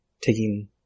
taking